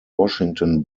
washington